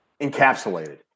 encapsulated